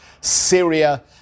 Syria